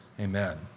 Amen